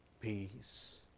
Peace